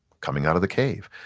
coming out of the cave,